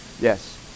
Yes